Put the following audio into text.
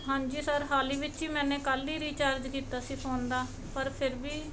ਹਾਂਜੀ ਸਰ ਹਾਲ ਹੀ ਵਿੱਚ ਹੀ ਮੈਨੇ ਕੱਲ੍ਹ ਹੀ ਰਿਚਾਰਜ ਕੀਤਾ ਸੀ ਫ਼ੋਨ ਦਾ ਪਰ ਫਿਰ ਵੀ